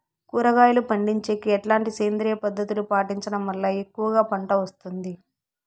కూరగాయలు పండించేకి ఎట్లాంటి సేంద్రియ పద్ధతులు పాటించడం వల్ల ఎక్కువగా పంట వస్తుంది?